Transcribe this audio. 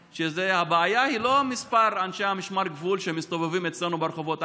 שהבעיה היא לא מספר אנשי משמר הגבול שמסתובבים אצלנו ברחובות.